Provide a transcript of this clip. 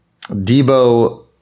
Debo